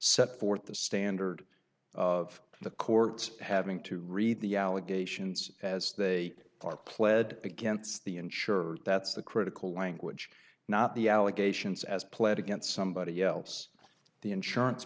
set forth the standard of the courts having to read the ins as they pled against the insurer that's the critical language not the allegations as pled against somebody else the insurance